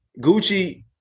Gucci